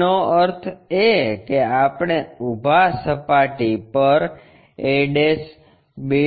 એનો અર્થ એ કે આપણે ઊભા સપાટી પર a b